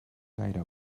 gaire